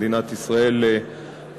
מדינת ישראל כולה.